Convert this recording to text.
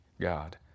God